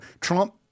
Trump